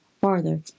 farther